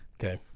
Okay